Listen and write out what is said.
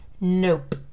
NOPE